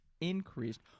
increased